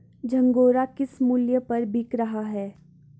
झंगोरा किस मूल्य पर बिक रहा है?